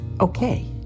okay